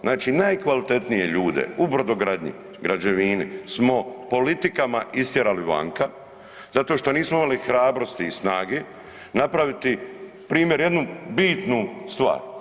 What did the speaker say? Znači najkvalitetnije ljude u brodogradnji, građevini smo politikama istjerali vanka zato što nismo imali hrabrosti i snage napraviti primjer jednu bitnu stvar.